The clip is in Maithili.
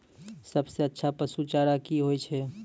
सबसे अच्छा पसु चारा की होय छै?